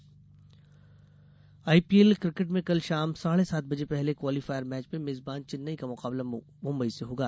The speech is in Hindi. आईपीएल आईपीएल क्रिकेट में कल शाम साढ़े सात बजे पहले क्वालीफायर मैच में मेजबान चेन्नई का मुकाबला मुंबई से होगा